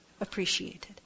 appreciated